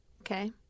Okay